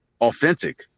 authentic